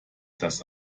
dass